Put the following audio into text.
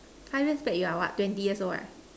five years back you are what twenty years old ah